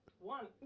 One